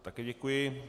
Také děkuji.